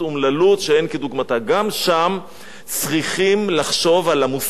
גם שם צריכים לחשוב על המושג שנקרא צניעות.